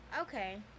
Okay